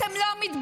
אתם לא מתביישים?